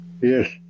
Yes